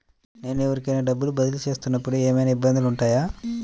నేను ఎవరికైనా డబ్బులు బదిలీ చేస్తునపుడు ఏమయినా ఇబ్బందులు వుంటాయా?